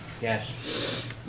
Yes